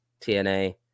TNA